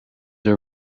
are